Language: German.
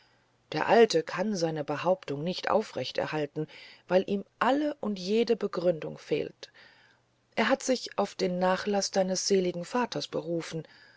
der alte kann seine behauptung nicht aufrecht erhalten weil ihm all und jede begründung fehlt er hat sich auf den nachlaß deines seligen vaters berufen